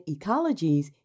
ecologies